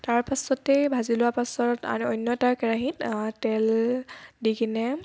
তাৰ পাছতেই ভাজি লোৱা পাছত আন অন্য এটা কেৰাহীত তেল দিকেনে